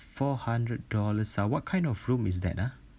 four hundred dollars ah what kind of room is that ah